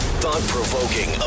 thought-provoking